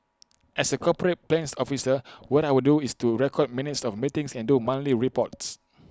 as A corporate plans officer what I would do is to record minutes of meetings and do monthly reports